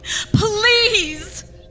Please